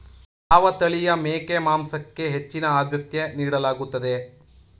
ಯಾವ ತಳಿಯ ಮೇಕೆ ಮಾಂಸಕ್ಕೆ ಹೆಚ್ಚಿನ ಆದ್ಯತೆ ನೀಡಲಾಗುತ್ತದೆ?